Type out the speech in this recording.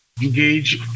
engage